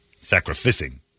Sacrificing